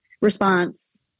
response